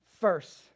first